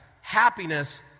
Happiness